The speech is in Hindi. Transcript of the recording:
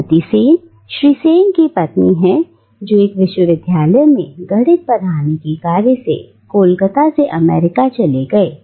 श्रीमती सेन श्री सेन की पत्नी है जो एक विश्वविद्यालय में गणित पढ़ाने की कार्य के लिए कोलकाता से अमेरिका चले गए